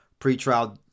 pretrial